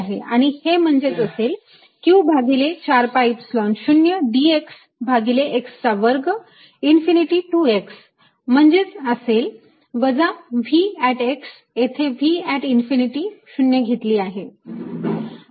आणि हे म्हणजेच असेल q भागिले 4 pi epsilon 0 dx भागिले x चा वर्ग इन्फिनिटी टु x म्हणजेच असेल वजा V येथे V इन्फिनिटी 0 घेतली आहे